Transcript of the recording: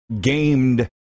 gamed